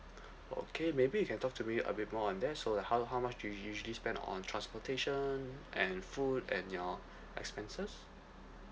okay maybe you can talk to me a bit more on that so like how how much do you usually spend on transportation and food and your expenses